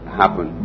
happen